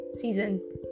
season